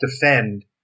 defend